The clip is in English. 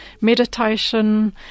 meditation